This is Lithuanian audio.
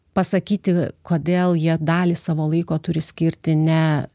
pasakyti kodėl jie dalį savo laiko turi skirti ne